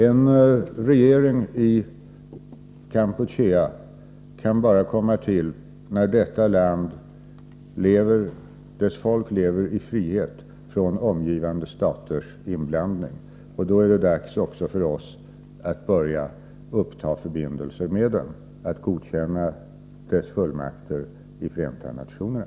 En regering i Kampuchea kan bara komma till när detta lands folk lever i frihet från omgivande staters inblandning. Då är det dags också för oss att börja uppta förbindelse med den och godkänna dess fullmakter i Förenta nationerna.